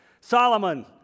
Solomon